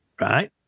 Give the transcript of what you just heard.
right